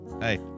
Hey